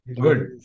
good